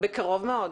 בקרוב מאוד.